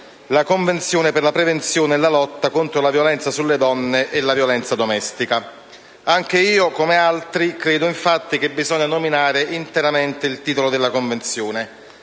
della Convenzione per la prevenzione e la lotta contro la violenza sulle donne e la violenza domestica. Anche io, come altri, credo infatti che bisogni nominare interamente il titolo della Convenzione,